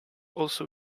also